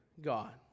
God